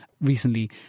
recently